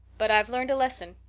but i've learned a lesson.